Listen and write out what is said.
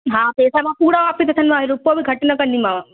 हा पेसा मां पूरा वापिसि वठंदीमाव रुपियो बि घटि न कंदीमाव